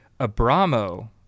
Abramo